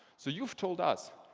so you've told us,